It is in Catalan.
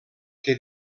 que